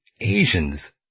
Asians